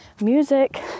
music